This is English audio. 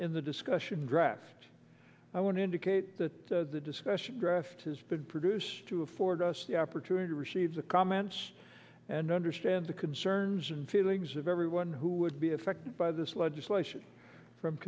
in the discussion draft i want to indicate that the discussion draft has been produced to afford us the opportunity to receive the comments and understand the concerns and feelings of everyone who would be affected by this legislation from